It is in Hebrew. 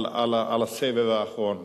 על הסבב האחרון.